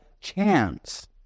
chance